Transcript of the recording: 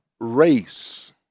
race